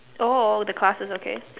oh the classes okay